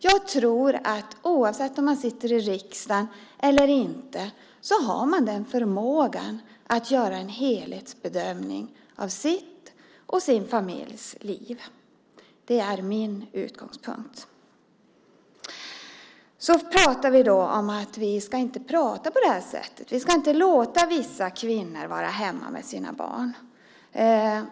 Jag tror att man, oavsett om man sitter i riksdagen eller inte, har förmågan att göra en helhetsbedömning av sitt och sin familjs liv. Det är min utgångspunkt. Det sägs att vi inte ska prata på det här sättet. Vi ska inte låta vissa kvinnor vara hemma med sina barn.